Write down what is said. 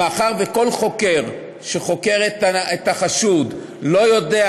מאחר שכל חוקר שחוקר את החשוד לא יודע